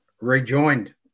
rejoined